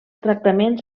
tractaments